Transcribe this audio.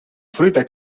fruita